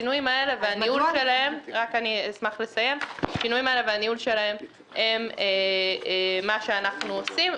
השינויים האלה והניהול שלהם הם מה שאנחנו עושים.